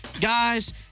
Guys